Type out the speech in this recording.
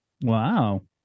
Wow